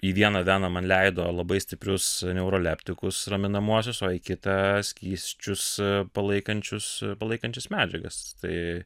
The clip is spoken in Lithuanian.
į vieną veną man leido labai stiprius neuroleptikus raminamuosius o į kitą skysčius palaikančius palaikančias medžiagas tai